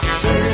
say